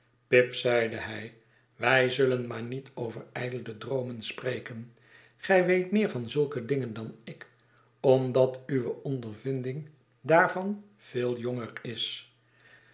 pip zeide jiij wij zullen maar niet over ijdele droomen spreken gij weet meer van zulke dingen dan ik omdat uwe ondervinding daarvan veel jonger is